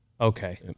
Okay